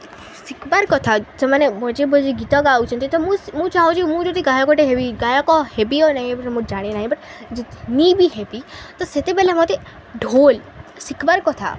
ଶିଖ୍ବାର୍ କଥା ସେମାନେ ବଜେଇ ବଜେଇ ଗୀତ ଗାଉଚନ୍ତି ତ ମୁଁ ମୁଁ ଚାହୁଁଚି ମୁଁ ଯଦି ଗାୟକଟେ ହେବଇ ଗାୟକ ହେବି ଓ ନାହିଁ ମୁଁ ଜାଣିନାହିଁ ବଟ୍ ଯଦି ନି ବି ହେବି ତ ସେତେବେଲେ ମତେ ଢୋଲ୍ ଶିଖିବାର୍ କଥା